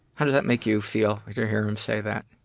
how did that make you feel like to hear him say that?